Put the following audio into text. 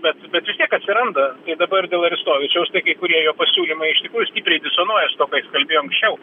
bet bet vis tiek atsiranda ir dabar dėl aristovičiaus kai kurie jo pasiūlymai iš tikrųjų stipriai disonuoja su tuo ką jis kalbėjo anksčiau